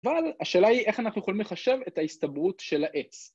‫אבל השאלה היא איך אנחנו יכולים ‫לחשב את ההסתברות של ה-S.